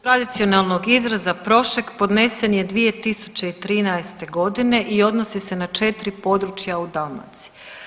tradicionalnog izraza prošek podnesen je 2013. godine i odnosi se na 4 područja u Dalmaciji.